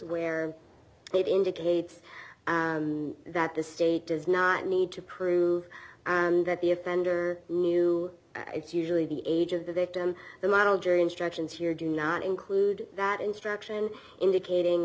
where they'd indicates that the state does not need to prove that the offender knew it's usually the age of the victim the model jury instructions here do not include that instruction indicating